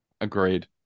Agreed